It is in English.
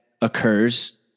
occurs